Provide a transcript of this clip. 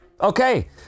Okay